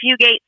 Fugate